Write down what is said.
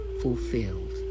fulfilled